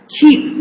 keep